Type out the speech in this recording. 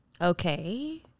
Okay